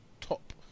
top